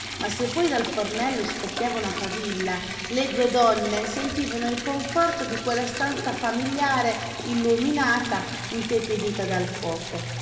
ma se poi dal fornello scoppiava una favilla le due donne sentivano il conforto di quella stanza familiare illuminata intepidita dal fuoco